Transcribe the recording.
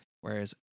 whereas